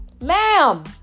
Ma'am